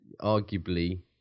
arguably